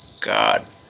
god